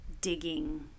digging